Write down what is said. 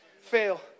fail